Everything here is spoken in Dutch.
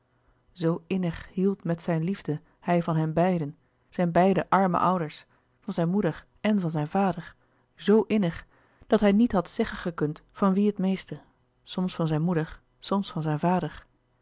innig hield met zijne liefde hij van hen beiden zijn beide arme ouders van zijn moeder en van zijn vader zo innig dat hij niet had zeggen gekund van wie het meeste soms van zijn moeder soms van zijn vader